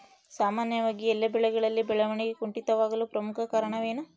ಸಾಮಾನ್ಯವಾಗಿ ಎಲ್ಲ ಬೆಳೆಗಳಲ್ಲಿ ಬೆಳವಣಿಗೆ ಕುಂಠಿತವಾಗಲು ಪ್ರಮುಖ ಕಾರಣವೇನು?